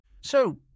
So